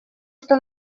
что